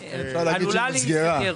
אפשר לומר שנסגרה.